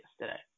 yesterday